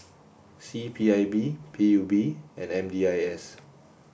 C P I B P U B and M D I S